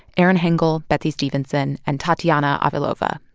erin hengel, betsey stevenson and tatyana avilova.